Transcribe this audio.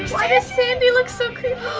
why does sandy look so creepy?